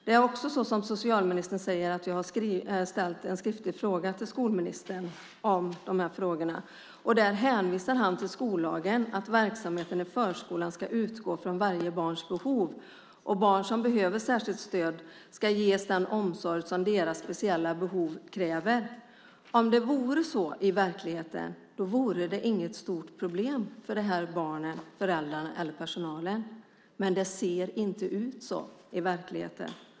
Jag har också, som socialministern säger, ställt en skriftlig fråga till utbildningsministern om de här frågorna. I svaret hänvisar han till skollagen, att verksamheten i förskolan ska utgå från varje barns behov. Barn som behöver särskilt stöd ska ges den omsorg som deras speciella behov kräver. Om det vore så i verkligheten vore det inget stort problem för de här barnen, föräldrarna eller personalen. Men det ser inte ut så i verkligheten.